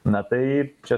na tai čia